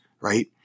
right